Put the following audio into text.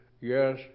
Yes